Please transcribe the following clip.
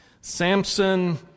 Samson